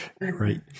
Right